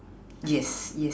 yes yes